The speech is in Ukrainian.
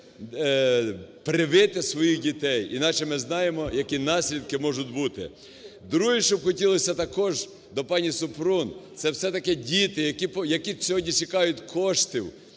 привити своїх дітей, иначе ми знаємо, які наслідки можуть бути. Друге, що хотілося також до пані Супрун, це все-таки діти, які сьогодні чекають коштів